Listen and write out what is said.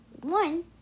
One